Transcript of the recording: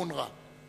אונר"א.